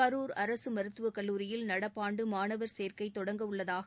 கரூர் அரசு மருத்துவக் கல்லூரியில் நடப்பாண்டு மாணவர் சேர்க்கை தொடங்கவுள்ளதாக